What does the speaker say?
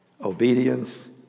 Obedience